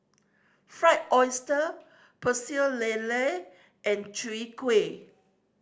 Fried Oyster Pecel Lele and Chwee Kueh